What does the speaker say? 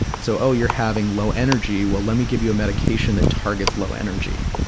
so, oh, you're having low energy. well, let me give you a medication that targets low energy.